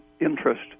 interest